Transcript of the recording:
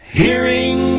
hearing